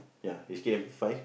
ya ticket fine